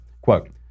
quote